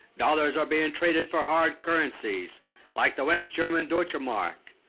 dollars are being traded for hard currencies like the west german deutschemark.